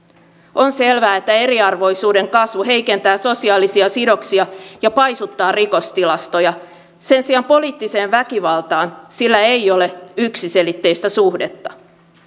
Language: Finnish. on selvää että eriarvoisuuden kasvu heikentää sosiaalisia sidoksia ja paisuttaa rikostilastoja sen sijaan poliittiseen väkivaltaan sillä ei ole yksiselitteistä suhdetta